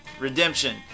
Redemption